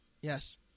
Yes